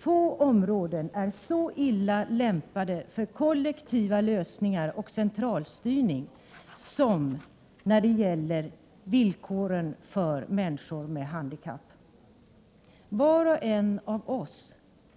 Få saker är så illa lämpade för kollektiva lösningar och centralstyrning som villkoren för människor med handikapp. Vi alla